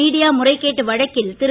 media முறைகேட்டு வழக்கில் திரு